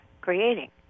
creating